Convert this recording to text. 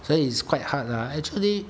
so is quite hard lah actually